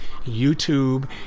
YouTube